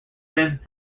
extends